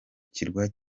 kirwa